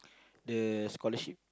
the scholarship